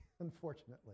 unfortunately